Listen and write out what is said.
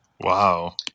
Wow